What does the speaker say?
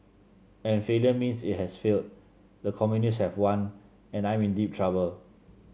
and failure means it has failed the communists have won and I'm in deep trouble